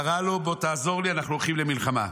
קרא לו: בוא תעזור לי, אנחנו הולכים למלחמה.